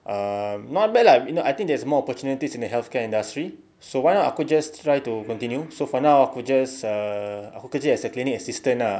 um not bad lah you know I think there's more opportunities in the healthcare industry so why not aku just try to continue so for now aku just uh aku kerja as a clinic assistant ah